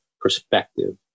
perspective